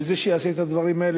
בזה שיעשה את הדברים האלו,